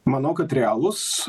manau kad realūs